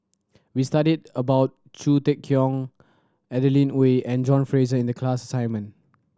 we studied about Khoo Cheng Tiong Adeline Ooi and John Fraser in the class assignment